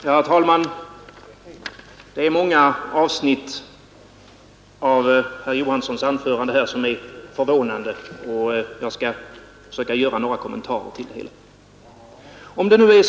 Herr talman! Många avsnitt av herr Johanssons i Trollhättan anförande var förvånande, och jag skall här göra några kommentarer till det sagda.